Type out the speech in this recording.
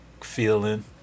feeling